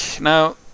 Now